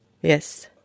Yes